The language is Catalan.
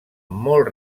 molt